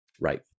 Right